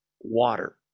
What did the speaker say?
water